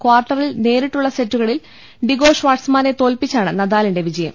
ക്വാർട്ടറിൽ നേരിട്ടുള്ള് സെറ്റുകളിൽ ഡിഗോ ഷാട്ട്സ്മാനെ തോൽപ്പിച്ചാണ് നദാലിന്റെ വിജയം